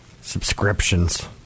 Subscriptions